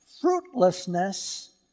fruitlessness